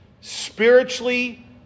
Spiritually